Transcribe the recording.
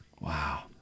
Wow